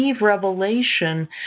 revelation